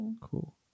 cool